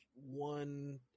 one